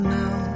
now